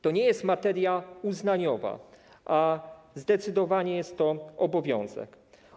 To nie jest materia uznaniowa, zdecydowanie jest to obowiązek.